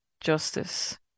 justice